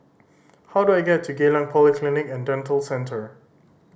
how do I get to Geylang Polyclinic and Dental Centre